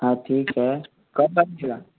हाँ ठीक है कब आएँगे आप